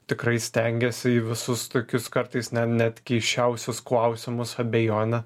tikrai stengiasi į visus tokius kartais net net keisčiausius klausimus abejonę